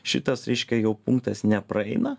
šitas reiškia jau punktas nepraeina